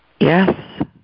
yes